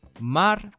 Mar